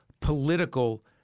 political